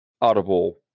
audible